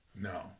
no